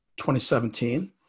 2017